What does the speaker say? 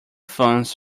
funds